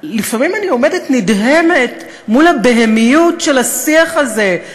לפעמים אני עומדת נדהמת מול הבהמיות של השיח הזה,